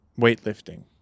weightlifting